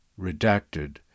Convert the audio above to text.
Redacted